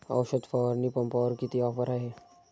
औषध फवारणी पंपावर किती ऑफर आहे?